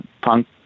punk